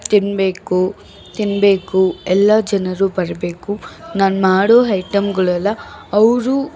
ತಿನ್ನಬೇಕು ತಿನ್ನಬೇಕು ಎಲ್ಲ ಜನರು ಬರಬೇಕು ನಾನು ಮಾಡೋ ಐಟಮ್ಗಳೆಲ್ಲ ಅವರು